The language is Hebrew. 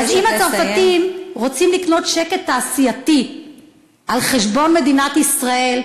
אז אם הצרפתים רוצים לקנות שקט תעשייתי על חשבון מדינת ישראל,